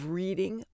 reading